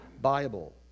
Bible